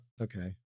okay